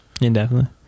Indefinitely